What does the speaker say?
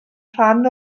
rhan